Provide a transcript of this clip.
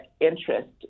interest